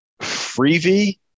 freebie